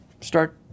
start